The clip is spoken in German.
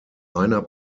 einer